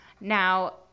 Now